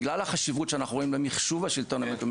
בגלל החשיבות שאנחנו רואים במחשוב השלטון המקומי,